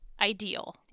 ideal